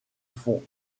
font